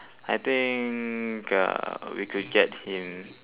I think uh we could get him